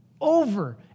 over